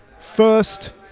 first